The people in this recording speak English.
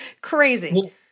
crazy